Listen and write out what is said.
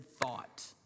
thought